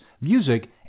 music